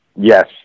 Yes